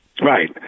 Right